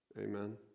Amen